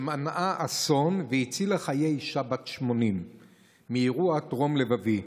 שמנעה אסון והצילה חיי אישה בת 80 מאירוע טרום-לבבי.